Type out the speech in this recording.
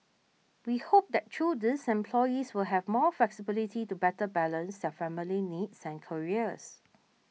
we hope that through these employees will have more flexibility to better balance their family needs and careers